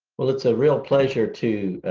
well, it's a real pleasure to